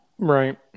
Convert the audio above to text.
Right